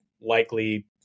likely